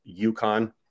UConn